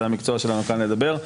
זה המקצוע שלנו כאן לדבר,